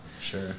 Sure